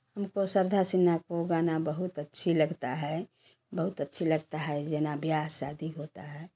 हमको सरधा सिन्हा को गाना बहुत अच्छी लगता है बहुत अच्छी लगता है जेना ब्याह शादी होता है